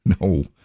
no